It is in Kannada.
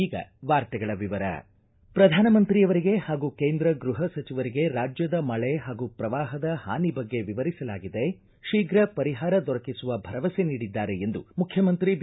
ಈಗ ವಾರ್ತೆಗಳ ವಿವರ ಪ್ರಧಾನಮಂತ್ರಿಯವರಿಗೆ ಹಾಗೂ ಕೇಂದ್ರ ಗೃಹ ಸಚಿವರಿಗೆ ರಾಜ್ಯದ ಮಳೆ ಹಾಗೂ ಪ್ರವಾಹದ ಹಾನಿ ಬಗ್ಗೆ ವಿವರಿಸಲಾಗಿದೆ ಶೀಘ್ರ ಪರಿಹಾರ ದೊರಕಿಸುವ ಭರವಸೆ ನೀಡಿದ್ದಾರೆ ಎಂದು ಮುಖ್ಯಮಂತ್ರಿ ಬಿ